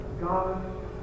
God